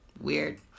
Weird